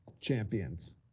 champions